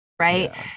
right